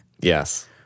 Yes